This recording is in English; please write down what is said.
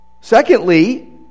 Secondly